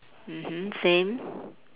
mmhmm same